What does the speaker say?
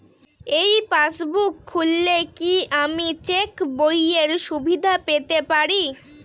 এই পাসবুক খুললে কি আমি চেকবইয়ের সুবিধা পেতে পারি?